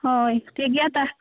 ᱦᱳᱭ ᱴᱷᱤᱠ ᱜᱮᱭᱟ